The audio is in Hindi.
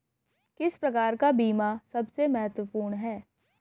किस प्रकार का बीमा सबसे महत्वपूर्ण है?